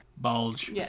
Bulge